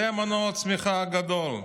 זה מנוע הצמיחה הגדול.